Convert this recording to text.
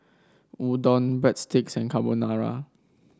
Udon Breadsticks and Carbonara